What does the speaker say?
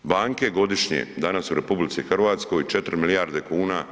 Banke godišnje danas u RH 4 milijarde kuna…